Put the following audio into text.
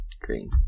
Green